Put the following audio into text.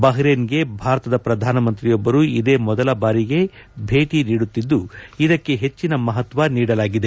ಬಹ್ರೇನ್ಗೆ ಭಾರತದ ಪ್ರಧಾನಮಂತ್ರಿಯೊಬ್ಬರು ಇದೇ ಮೊದಲ ಬಾರಿಗೆ ಭೇಟಿ ನೀಡುತ್ತಿದ್ದು ಇದಕ್ಕೆ ಹೆಚ್ಚಿನ ಮಹತ್ವ ನೀಡಲಾಗಿದೆ